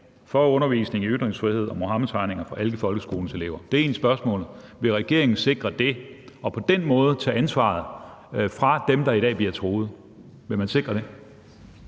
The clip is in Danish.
for undervisning i ytringsfrihed og Muhammedtegninger for alle folkeskolens elever? Det er spørgsmålet. Vil regeringen sikre det og på den måde tage ansvaret fra dem, der i dag bliver truet? Vil man sikre det?